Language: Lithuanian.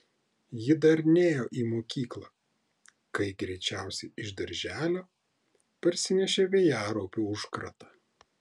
ji dar nėjo į mokyklą kai greičiausiai iš darželio parsinešė vėjaraupių užkratą